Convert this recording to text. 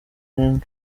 eng